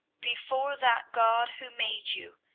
before that god who made you,